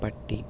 പട്ടി